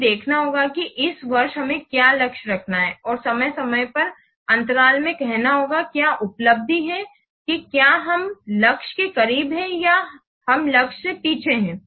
हमें देखना होगा कि इस वर्ष हमें क्या लक्ष्य रखना है और समय समय पर अंतराल में कहना होगा क्या उपलब्धि है कि क्या हम लक्ष्य के करीब हैं या हम लक्ष्य से पीछे हैं